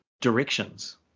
directions